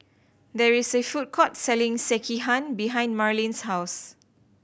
there is a food court selling Sekihan behind Marlyn's house